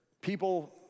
people